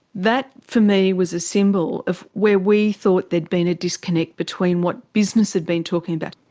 that, for me, was a symbol of where we thought there'd been a disconnect between what business had been talking about.